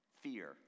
fear